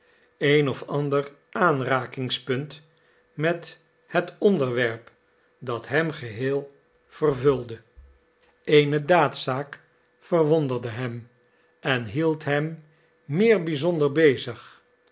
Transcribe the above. een of ander aanrakingspunt met het onderwerp dat hem geheel vervulde eéne daadzaak verwonderde hem en hield hem meer bizonder bezig